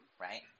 Right